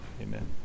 Amen